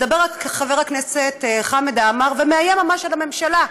מדבר חבר הכנסת חמד עמאר ומאיים ממש על הממשלה: